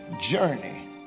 journey